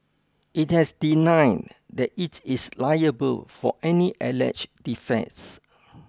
it has denied that it is liable for any alleged defects